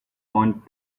want